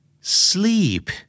Sleep